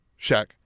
Shaq